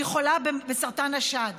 שהיא חולה בסרטן השד.